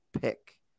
pick